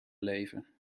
leven